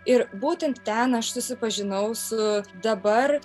ir būtent ten aš susipažinau su dabar